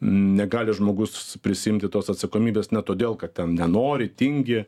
negali žmogus prisiimti tos atsakomybės ne todėl kad ten nenori tingi